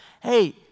hey